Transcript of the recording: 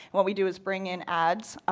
what we do is bring in ads,